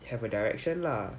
have a direction lah